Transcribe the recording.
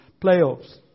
playoffs